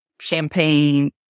champagne